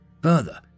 Further